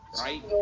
Right